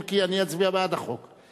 אם כי אני אצביע בעד החוק.